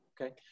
Okay